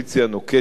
נוקטת